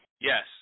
Yes